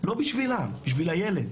לא בשבילם, בשביל הילד.